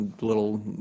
little